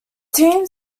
team